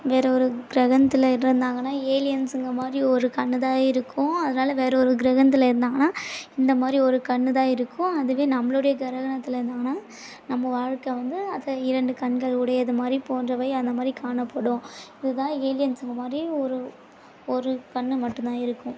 வேறு ஒரு கிரகத்துல இருந்தாங்கன்னால் ஏலியன்ஸுங்கள் மாதிரி ஒரு கண் தான் இருக்கும் அதனால் வேறு ஒரு கிரகத்துல இருந்தாங்கன்னால் இந்த மாதிரி ஒரு கண் தான் இருக்கும் அதுவே நம்மளுடைய கிரகத்துல இருந்தாங்கன்னால் நம்ம வாழ்க்க வந்து அதை இரண்டு கண்கள் உடையது மாதிரி போன்றவை அந்த மாதிரி காணப்படும் இது தான் ஏலியன்ஸுங்கள் மாதிரி ஒரு ஒரு கண் மட்டும் தான் இருக்கும்